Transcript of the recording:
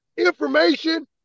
information